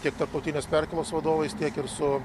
tiek tarptautinės perkėlos vadovais tiek ir su